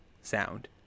sound